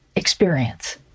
experience